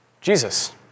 Jesus